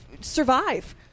survive